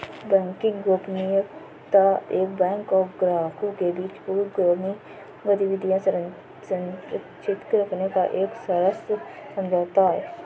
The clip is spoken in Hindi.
बैंकिंग गोपनीयता एक बैंक और ग्राहकों के बीच पूर्वगामी गतिविधियां सुरक्षित रखने का एक सशर्त समझौता है